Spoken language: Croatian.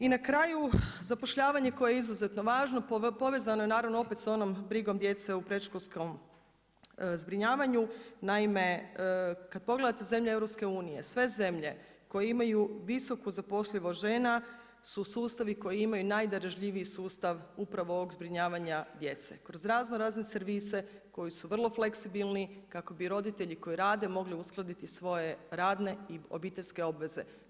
I na kraju, zapošljavanje koje je izuzetno važno, povezano je naravno, opet s onom, brigom djece u predškolskom zbrinjavanju, naime, kad pogledate zemlje EU, sve zemlje koje imaju visoku zapošljivost žena su sustavi koji imaju najdražljiviji sustav upravo ovog zbrinjavanja djece, kroz razno razne servise, koji su vrlo fleksibilni kako bi roditelji koji rade, mogli uskladiti svoje radne i obiteljske i obveze.